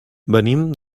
venim